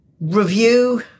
Review